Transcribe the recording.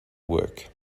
work